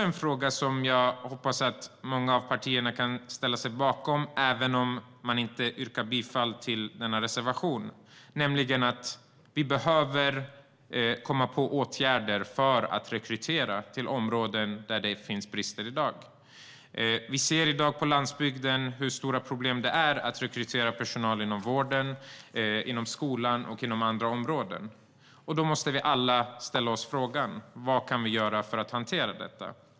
En fråga som jag hoppas att många av partierna kan ställa sig bakom, även om man inte yrkar bifall till reservationen, är att vi behöver komma på åtgärder för att rekrytera till områden där det finns brist i dag. Vi ser de stora problem som nu finns på landsbygden när det gäller att rekrytera personal inom vården, skolan och andra områden. Då måste vi alla ställa oss frågan: Vad kan vi göra för att hantera detta?